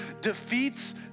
defeats